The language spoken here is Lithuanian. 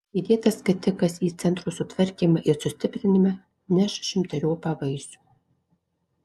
įdėtas skatikas į centro sutvarkymą ir sustiprinimą neš šimteriopą vaisių